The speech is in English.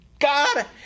God